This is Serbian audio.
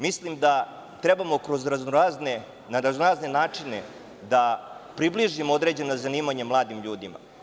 Mislim da trebamo na razno-razne načine da približimo određena zanimanja mladim ljudima.